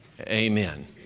amen